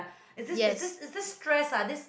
is this is this is this stress ah this